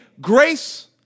grace